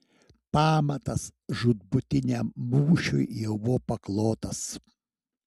pamatas žūtbūtiniam mūšiui jau buvo paklotas